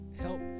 help